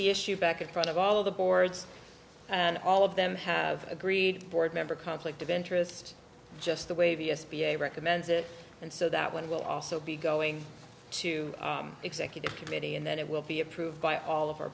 the issue back in front of all of the boards and all of them have agreed board member conflict of interest just the way v s b a recommends it and so that when will also be going to executive committee and then it will be approved by all of our